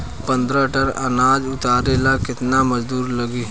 पन्द्रह टन अनाज उतारे ला केतना मजदूर लागी?